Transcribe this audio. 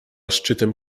szczytem